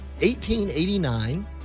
1889